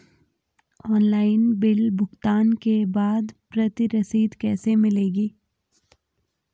Online bill भुगतान के बाद प्रति रसीद कैसे मिलेगी?